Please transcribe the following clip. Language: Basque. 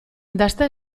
dasta